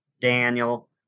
Daniel